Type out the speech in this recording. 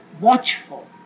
watchful